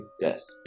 Yes